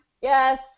yes